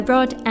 Rod